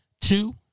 Two